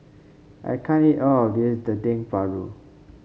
I can't eat all of this Dendeng Paru